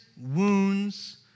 wounds